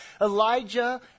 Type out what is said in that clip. Elijah